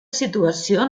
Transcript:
situació